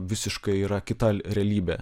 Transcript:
visiškai yra kita realybė